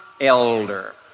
elder